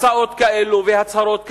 הצעות כאלה והצהרות כאלה,